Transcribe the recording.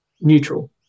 neutral